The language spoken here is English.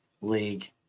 League